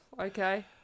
okay